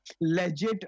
Legit